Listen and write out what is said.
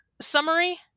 summary